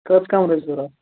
کٔژ کَمرٕ چھِ ضوٚرَتھ